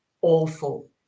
awful